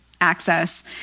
access